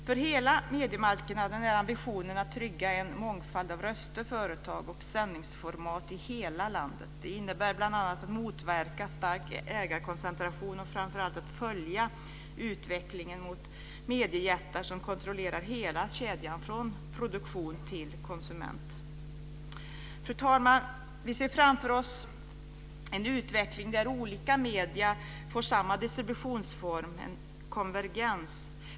För hela mediemarknaden är ambitionen att trygga en mångfald av röster, företag och sändningsformat i hela landet. Det innebär bl.a. att motverka stark ägarkoncentration och framför allt att följa utvecklingen mot mediejättar, som kontrollerar hela kedjan från produktion till konsument. Fru talman! Vi ser framför oss en utveckling där olika medier får samma distributionsform - konvergens.